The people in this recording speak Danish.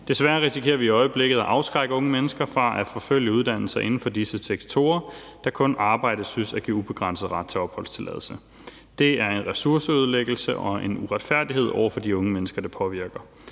Desværre risikerer vi i øjeblikket at afskrække unge mennesker fra at forfølge uddannelser inden for disse sektorer, da kun arbejde synes at give ubegrænset ret til opholdstilladelse. Det er en ressourceødelæggelse og en uretfærdighed over for de unge mennesker, det påvirker.